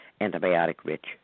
antibiotic-rich